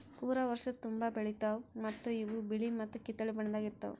ಪೂರಾ ವರ್ಷದ ತುಂಬಾ ಬೆಳಿತಾವ್ ಮತ್ತ ಇವು ಬಿಳಿ ಮತ್ತ ಕಿತ್ತಳೆ ಬಣ್ಣದಾಗ್ ಇರ್ತಾವ್